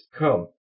come